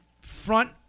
front